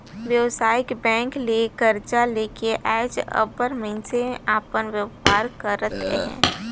बेवसायिक बेंक ले करजा लेके आएज अब्बड़ मइनसे अपन बयपार करत अहें